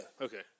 Okay